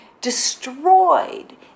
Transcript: destroyed